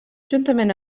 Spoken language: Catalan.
juntament